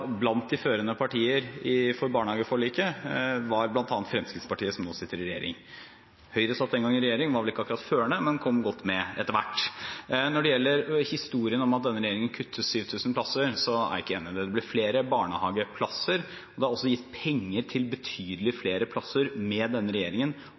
Blant de førende partier for barnehageforliket var bl.a. Fremskrittspartiet, som nå sitter i regjering. Høyre satt den gang i regjering og var vel ikke akkurat førende, men kom godt med etter hvert. Når det gjelder historien om at denne regjeringen kutter 7 000 plasser, er ikke jeg enig i det. Det blir flere barnehageplasser. Det er også gitt penger til betydelig